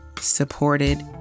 supported